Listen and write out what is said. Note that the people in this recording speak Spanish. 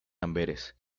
amberes